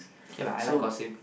okay lah I like gossip